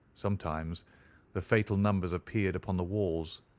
sometimes the fatal numbers appeared upon the walls,